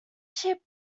ship